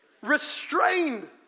Restrained